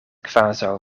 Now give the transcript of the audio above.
kvazaŭ